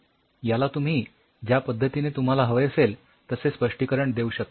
याला तुम्ही ज्या पद्धतीने तुम्हाला हवे असेल तसे स्पष्टीकरण देऊ शकता